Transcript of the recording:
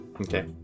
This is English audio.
Okay